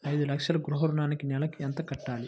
ఐదు లక్షల గృహ ఋణానికి నెలకి ఎంత కట్టాలి?